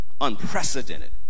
Unprecedented